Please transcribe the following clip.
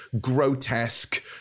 grotesque